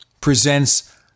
presents